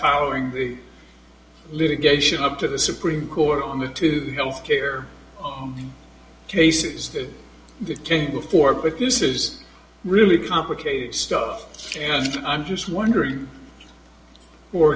following the litigation of to the supreme court on the to the health care cases that came before but this is really complicated stuff and i'm just wondering